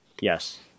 Yes